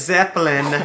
Zeppelin